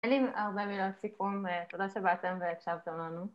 אין לי הרבה מילות סיכום ותודה שבאתם והקשבתם לנו